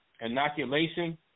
inoculation